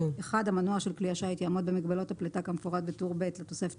המנוע של כלי השיט יעמוד במגבלות הפליטה כמפורט בטור ב' לתוספת